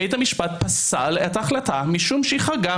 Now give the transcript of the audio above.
בית המשפט פסל את ההחלטה משום שהיא חרגה